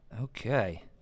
Okay